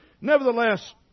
Nevertheless